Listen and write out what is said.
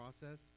process